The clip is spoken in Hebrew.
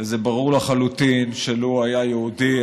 וזה ברור לחלוטין שלו היה יהודי,